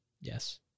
Yes